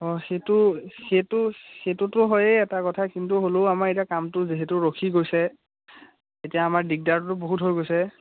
অঁ সেইটো সেইটো সেইটোতো হয়ে এটা কথা কিন্তু হ'লেও আমাৰ এতিয়া কামটো যিহেতু ৰখি গৈছে এতিয়া আমাৰ দিগদাৰটোতো বহুত হৈ গৈছে